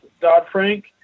Dodd-Frank